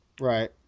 Right